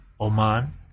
Oman